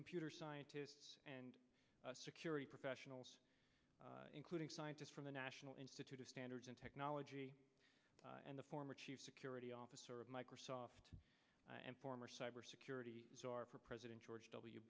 computer scientists and security professionals including scientists from the national institute of standards and technology and the former chief security officer of microsoft and former cybersecurity president george w